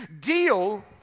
deal